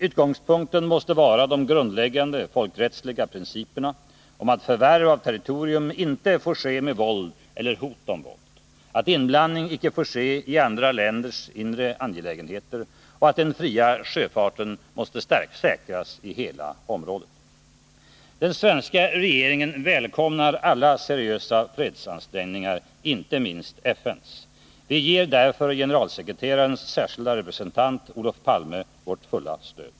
Utgångspunkten måste vara de grundläggande folkrättsliga principerna om att förvärv av territorium inte får ske med våld eller hot om våld, att inblandning inte får ske i andra länders inre angelägenheter och att den fria sjöfarten måste säkras i hela området. Den svenska regeringen välkomnar alla seriösa fredsansträngningar, inte minst FN:s. Vi ger därför generalsekreterarens särskilde representant, Olof Palme, vårt fulla stöd.